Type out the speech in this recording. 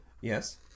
Yes